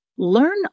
Learn